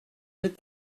nous